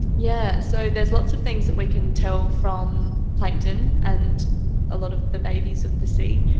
yeah so there's lots of things that we can tell from plankton, and a lot of the babies of the sea,